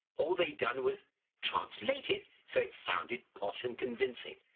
all they'd done was translate it, so it sounded posh and convincing.